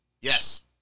Yes